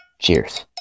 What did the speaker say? Cheers